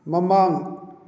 ꯃꯃꯥꯡ